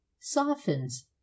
softens